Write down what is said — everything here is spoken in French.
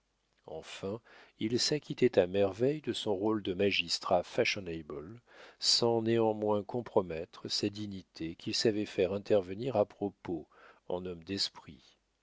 enfin il s'acquittait à merveille de son rôle de magistrat fashionable sans néanmoins compromettre sa dignité qu'il savait faire intervenir à propos en homme d'esprit